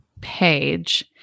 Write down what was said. page